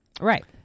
Right